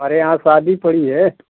हमारे यहाँ शादी पड़ी है